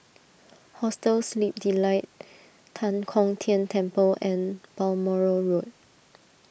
Hostel Sleep Delight Tan Kong Tian Temple and Balmoral Road